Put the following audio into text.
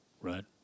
Right